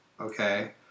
okay